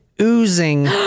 oozing-